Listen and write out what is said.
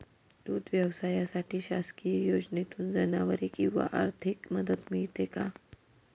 दूध व्यवसायासाठी शासकीय योजनेतून जनावरे किंवा आर्थिक मदत मिळते का?